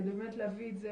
כדי להביא את זה,